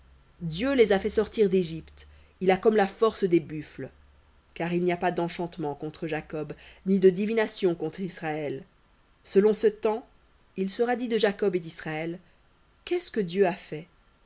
dieu les a fait sortir d'égypte il a comme la force des buffles car il n'y a pas d'enchantement contre jacob ni de divination contre israël selon ce temps il sera dit de jacob et d'israël qu'est-ce que dieu a fait